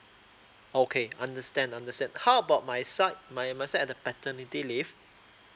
okay understand understand how about my side my my side at the paternity leave